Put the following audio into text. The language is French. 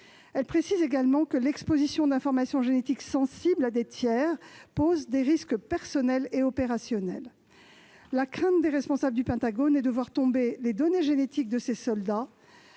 Elle précise également que l'exposition d'informations génétiques sensibles à des tiers pose des risques personnels et opérationnels. La crainte des responsables du Pentagone est de voir tomber les données génétiques de ces soldats